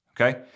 okay